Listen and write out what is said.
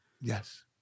Yes